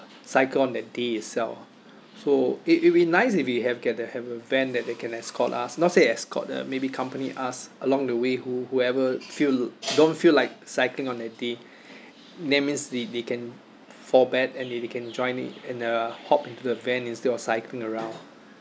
cycle on that day itself so it it'll be nice if we have can have a van that they can escort us not say escort uh maybe company us along the way who whoever feel don't feel like cycling on that day that means they they can fall back and they they can join in and uh hop into the van instead of cycling around